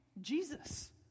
Jesus